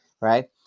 right